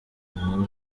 inkuru